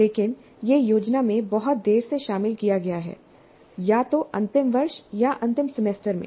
लेकिन यह योजना में बहुत देर से शामिल किया गया है या तो अंतिम वर्ष या अंतिम सेमेस्टर में